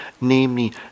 namely